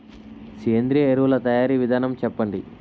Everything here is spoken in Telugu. సేంద్రీయ ఎరువుల తయారీ విధానం చెప్పండి?